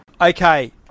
Okay